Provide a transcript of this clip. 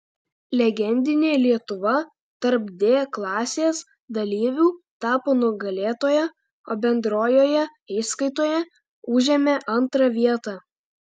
legendinė lietuva tarp d klasės dalyvių tapo nugalėtoja o bendrojoje įskaitoje užėmė antrą vietą